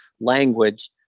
language